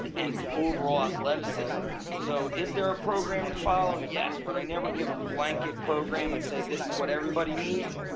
and overall athleticism so is there a program to follow? yes, but i never give a blanket program and say this is what everybody needs.